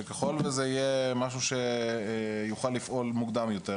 שככל שזה יהיה משהו שיוכל לפעול מוקדם יותר,